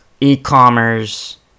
e-commerce